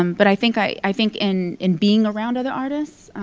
um but i think i think in in being around other artists,